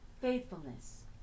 faithfulness